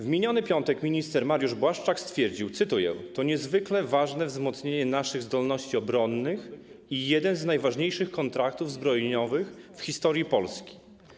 W miniony piątek minister Mariusz Błaszczak stwierdził, cytuję: To niezwykle ważne wzmocnienie naszych zdolności obronnych i jeden z najważniejszych kontraktów zbrojeniowych w historii Polski.